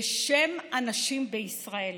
בשם הנשים בישראל: